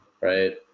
right